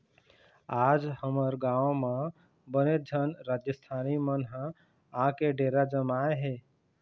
आज हमर गाँव म बनेच झन राजिस्थानी मन ह आके डेरा जमाए हे